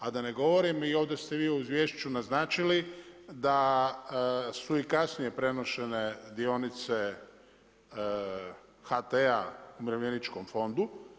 A da ne govorim i ovdje ste vi u izvješću naznačili da su i kasnije prenošene dionice HT-a Umirovljeničkom fondu.